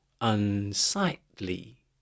unsightly